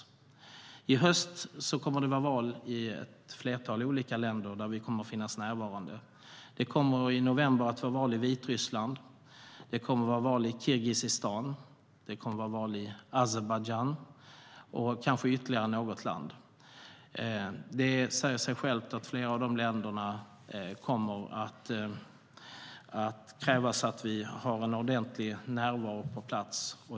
I höst kommer det att hållas val i ett flertal olika länder, där vi kommer att närvara. Det kommer att hållas val i Vitryssland i november. Det kommer att hållas val i Kirgizistan, i Azerbajdzjan och kanske i ytterligare något land. Det säger sig självt att det i flera av de länderna kommer att krävas att vi har en ordentlig närvaro på plats.